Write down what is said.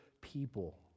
people